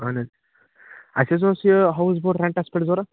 اَہَن حظ اَسہِ حظ اوس یہِ ہاوُس بوٹ ریٚنٹَس پٮ۪ٹھ ضروٗرت